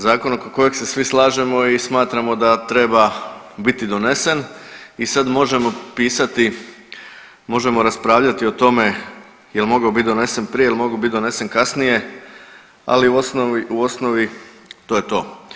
Zakon oko kojeg se svi slažemo i smatramo da treba biti donesen i sad možemo pisati, možemo raspravljati o tome jel mogao biti donesen prije, jel mogao biti donesen kasnije, ali u osnovi to je to.